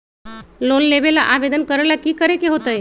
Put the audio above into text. Loan लेबे ला आवेदन करे ला कि करे के होतइ?